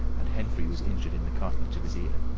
and henfrey was injured in the cartilage of his ear.